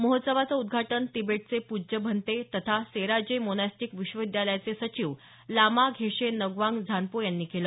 महोत्सवाचं उद्घाटन तिबेटचे पुज्य भंन्ते तथा सेरा जे मोनॅस्टीक विश्वविद्यालयाचे सचिव लामा घेशे नगवांग झानपो यांनी केलं